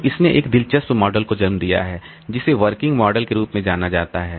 तो इसने एक दिलचस्प मॉडल को जन्म दिया है जिसे वर्किंग मॉडल के रूप में जाना जाता है